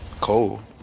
cold